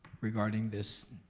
regarding this?